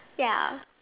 ya